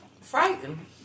frightened